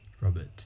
Robert